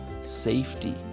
safety